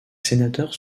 sénateurs